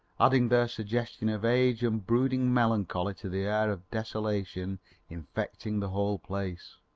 adding their suggestion of age and brooding melancholy to the air of desolation infecting the whole place.